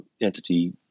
entity